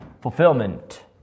fulfillment